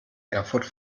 erfurt